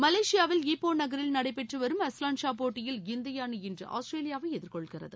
மலேசியாவில் ஈ போ நகரில் நடைபெற்று வரும் அஸ்லான் ஷா போட்டியில் இந்திய அணி இன்று ஆஸ்திரேலியாவை எதிர்கொள்கிறது